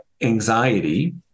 anxiety